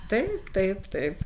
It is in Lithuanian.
taip taip taip